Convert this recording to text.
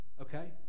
Okay